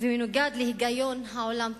ומנוגד להגיון העולם כולו.